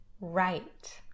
right